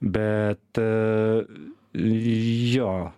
bet jo